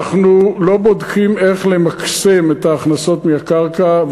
אנחנו לא בודקים איך למקסם את ההכנסות מהקרקע,